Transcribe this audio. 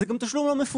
וזה גם תשלום לא מפוקח.